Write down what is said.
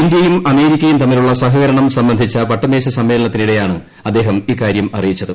ഇന്ത്യയും അമേരിക്കയും തമ്മിലുള്ള സഹകരണം സംബന്ധിച്ച വട്ടമേശ ക്ല സമ്മേളനത്തിനിടെയാണ് അദ്ദേഹം ഇക്കാര്യം അറിയിച്ചത്